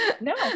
no